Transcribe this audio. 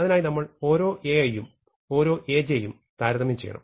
അതിനായി നമ്മൾ ഓരോ Ai ഉം ഓരോ Aj ഉം താരതമ്യം ചെയ്യണം